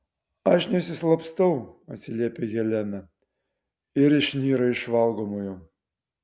aš nesislapstau atsiliepia helena ir išnyra iš valgomojo